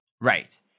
Right